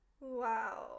Wow